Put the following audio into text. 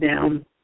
down